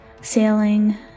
sailing